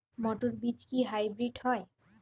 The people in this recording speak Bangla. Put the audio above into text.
মটর বীজ কি হাইব্রিড হয়?